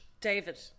david